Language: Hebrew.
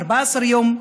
14 יום.